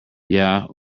yeah